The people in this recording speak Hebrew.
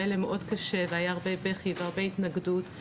היה להם מאוד קשה והיה הרבה בכי והרבה התנגדות.